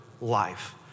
life